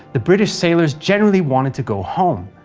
the british sailors generally wanted to go home.